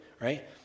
Right